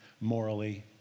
morally